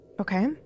Okay